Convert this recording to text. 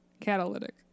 catalytic